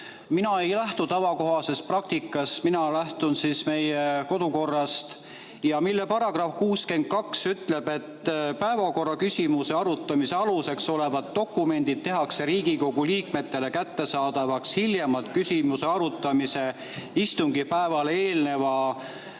Mina ei lähtu tavakohasest praktikast, mina lähtun meie kodukorrast. Selle § 62 ütleb: "Päevakorraküsimuse arutamise aluseks olevad dokumendid tehakse Riigikogu liikmetele kättesaadavaks hiljemalt küsimuse arutamise istungipäevale eelneva